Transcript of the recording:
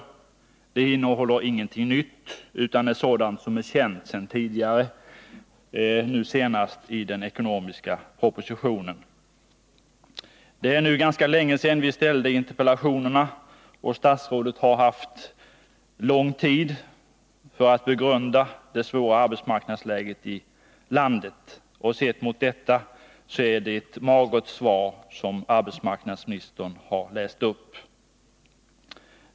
Redogörelsen innehåller ingenting nytt, utan bara sådant som är känt sedan tidigare, nu senast genom den ekonomiska propositionen. Det är nu länge sedan vi framställde interpellationerna, och statsrådet har haft lång tid för att begrunda det svåra arbetsmarknadsläget i landet. Sett mot den bakgrunden är det ett magert svar arbetsmarknadsministern har läst upp.